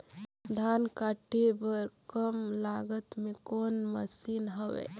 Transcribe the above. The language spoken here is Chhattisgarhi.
धान काटे बर कम लागत मे कौन मशीन हवय?